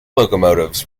locomotives